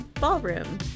ballroom